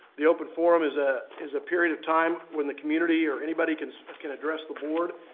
the open forum is ah is a period of time when the community or anybody can can address the board.